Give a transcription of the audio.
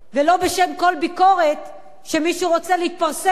ולא בשם כל ביקורת של מישהו שרוצה להתפרסם